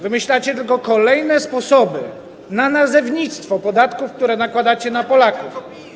Wymyślacie tylko kolejne sposoby na nazewnictwo podatków, które nakładacie na Polaków.